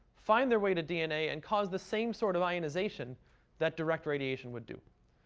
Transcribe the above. find their way to dna, and cause the same sort of ionization that direct radiation would do.